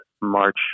March